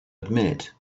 admit